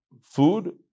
food